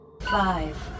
Five